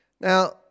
Now